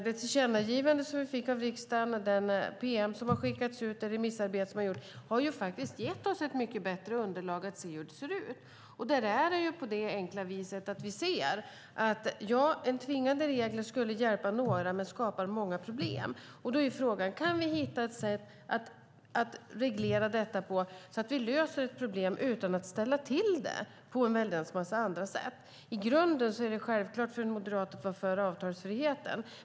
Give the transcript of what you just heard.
Det tillkännagivande som vi fick av riksdagen, det pm som har skickats ut samt remissarbetet har gjort att vi nu har ett mycket bättre underlag för att bedöma frågan. Det är på det enkla viset att tvingande regler skulle hjälpa några men skapa många problem. Då är frågan om vi kan hitta ett sätt att reglera detta och lösa problem utan att ställa till det på en väldans massa andra sätt. I grunden är det självklart för en moderat att vara för avtalsfriheten.